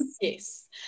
yes